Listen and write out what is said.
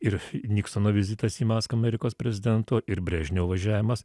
ir niksono vizitas į maskvą amerikos prezidento ir brežnevo važiavimas